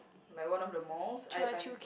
like one of the malls I I